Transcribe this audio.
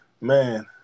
Man